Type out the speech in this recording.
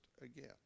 again